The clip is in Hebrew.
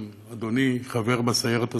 גם אדוני חבר בסיירת הזאת,